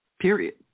period